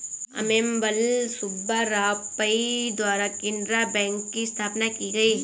अम्मेम्बल सुब्बा राव पई द्वारा केनरा बैंक की स्थापना की गयी